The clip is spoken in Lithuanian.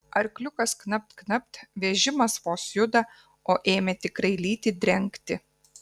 arkliukas knapt knapt vežimas vos juda o ėmė tikrai lyti drengti